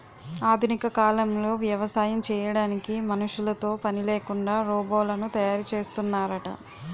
ఆధునిక కాలంలో వ్యవసాయం చేయడానికి మనుషులతో పనిలేకుండా రోబోలను తయారు చేస్తున్నారట